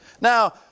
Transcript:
Now